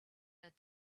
that